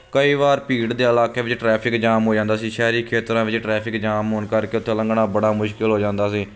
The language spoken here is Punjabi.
ਕਈ ਵਾਰ ਭੀੜ ਦੇ ਇਲਾਕੇ ਵਿੱਚ ਟਰੈਫਿਕ ਜਾਮ ਹੋ ਜਾਂਦਾ ਸੀ ਸ਼ਹਿਰੀ ਖੇਤਰਾਂ ਵਿੱਚ ਟਰੈਫਿਕ ਜਾਮ ਹੋਣ ਕਰਕੇ ਉੱਥੋਂ ਲੰਘਣਾ ਬੜਾ ਮੁਸ਼ਕਿਲ ਹੋ ਜਾਂਦਾ ਸੀ